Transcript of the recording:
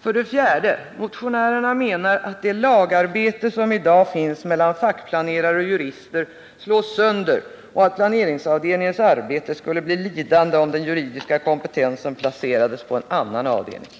För det fjärde menar motionärerna att det lagarbete som i dag finns mellan fackplanerare och jurister slås sönder och att planeringsavdelningens arbete skulle bli lidande om den juridiska kompetensen placerades på en annan avdelning.